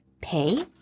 pay